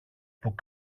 που